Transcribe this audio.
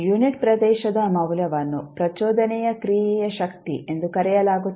unit ಪ್ರದೇಶದ ಮೌಲ್ಯವನ್ನು ಪ್ರಚೋದನೆಯ ಕ್ರಿಯೆಯ ಶಕ್ತಿ ಎಂದು ಕರೆಯಲಾಗುತ್ತದೆ